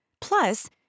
Plus